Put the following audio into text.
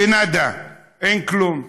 ונאדה, אין כלום,